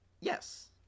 Yes